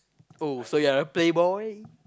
oh so you're a playboy